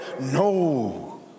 No